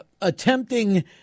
attempting